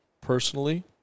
personally